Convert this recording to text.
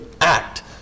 act